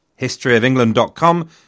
historyofengland.com